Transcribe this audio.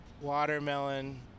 Watermelon